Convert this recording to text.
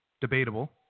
debatable